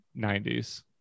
90s